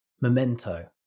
memento